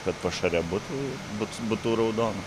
kad pašare būtų būt būtų raudona